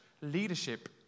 leadership